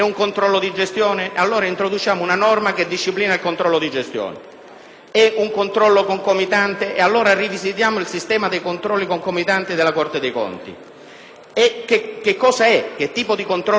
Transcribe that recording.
È un controllo concomitante? Allora, rivisitiamo il sistema dei controlli concomitanti della Corte dei conti. Che cosa è? Che tipo di controllo è? Come viene esercitato? Su quali atti? Sul procedimento? Sull'impegno di spesa?